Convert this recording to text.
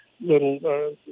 little